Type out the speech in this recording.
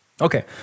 Okay